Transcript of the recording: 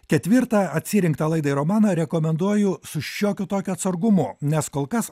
ketvirtą atsirinktą laidai romaną rekomenduoju su šiokiu tokiu atsargumu nes kol kas